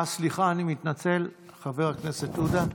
אה, סליחה, אני מתנצל, חבר הכנסת עודה.